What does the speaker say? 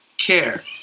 care